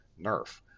nerf